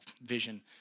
vision